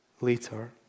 later